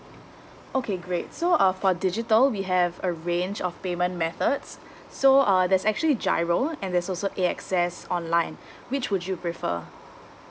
okay great so uh for digital we have a range of payment methods so uh there's actually giro and there's also A_X_S online which would you prefer